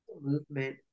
Movement